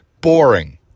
boring